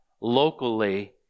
locally